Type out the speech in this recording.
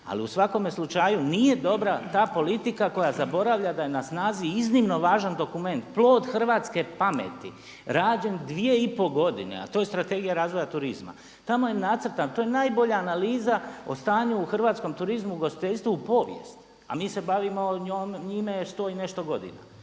Ali u svakome slučaju nije dobra ta politika koja zaboravlja da je na snazi iznimno važan dokument, plod hrvatske pameti rađen dvije i pol godine, a to je Strategija razvoja turizma. Tamo je nacrtan. To je najbolja analiza o stanju u hrvatskom turizmu u ugostiteljstvu u povijesti, a mi se bavimo njime sto i nešto godina.